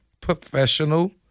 Professional